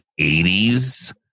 80s